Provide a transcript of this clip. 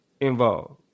involved